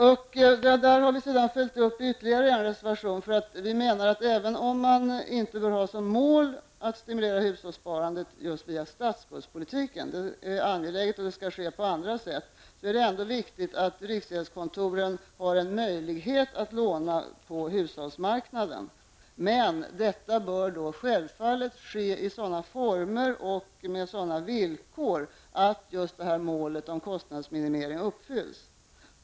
Det där har vi tagit upp i ytterligare en reservation. Även om man inte bör ha som mål att stimulera hushållssparandet med hjälp av just statsskuldspolitiken -- hushållssparandet är angeläget, men det skall ske på annat sätt -- är det viktigt att riksgäldskontoret kan låna på hushållsmarknaden. Detta bör då självfallet ske i sådana former och med sådana villkor att just målet om kostnadsminimering uppfylls.